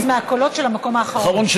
60% מהקולות של המקום האחרון.